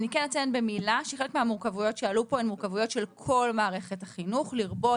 אציין רק שהמורכבויות שעלו פה נוגעות לכל מערכת החינוך לרבות